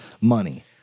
Money